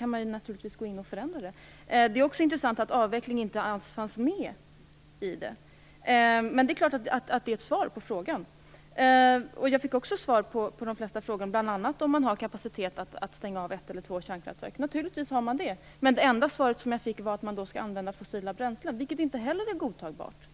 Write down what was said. Man kan naturligtvis gå in och förändra det sedan. Det är intressant att avvecklingen inte alls berördes, men det är självfallet ett svar på frågan. Jag fick också svar på de flesta andra frågor, bl.a. den om man har kapacitet att stänga av ett eller två kärnkraftverk. Naturligtvis har man det, men det enda svar jag fick var att man i så fall skall använda fossila bränslen. Det är inte heller godtagbart.